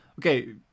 Okay